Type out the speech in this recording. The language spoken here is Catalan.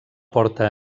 porta